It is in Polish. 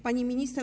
Pani Minister!